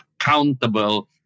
accountable